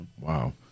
Wow